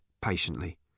patiently